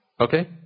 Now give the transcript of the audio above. Okay